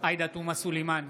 עאידה תומא סלימאן,